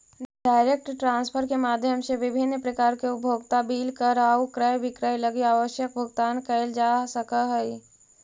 direct transfer के माध्यम से विभिन्न प्रकार के उपभोक्ता बिल कर आउ क्रय विक्रय लगी आवश्यक भुगतान कैल जा सकऽ हइ